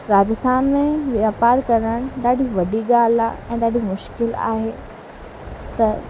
राजस्थान में वापारु करण ॾाढी वॾी ॻाल्हि आहे ऐं ॾाढी मुश्किलु आहे त